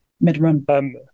mid-run